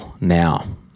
now